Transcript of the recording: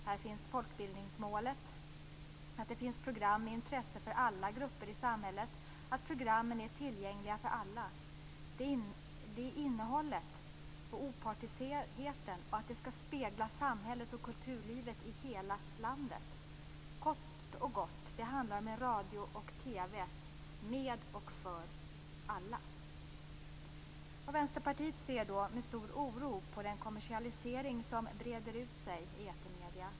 Här finns folkbildningsmålet, att det finns program med intresse för alla grupper i samhället, att programmen är tillgängliga för alla, att innehållet är opartiskt och speglar samhället och kulturlivet i hela landet. Kort och gott en radio och TV med och för alla. Vänsterpartiet ser med stor oro på den kommersialisering som breder ut sig i etermedierna.